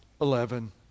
Eleven